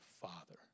Father